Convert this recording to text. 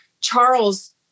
Charles